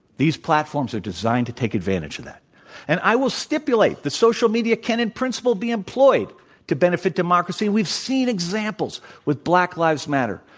these platforms are designed to take advantage of that and i will stipulate the social media can in principle be employed to benefit democracy. we've seen examples with black lives matter,